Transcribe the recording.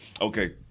Okay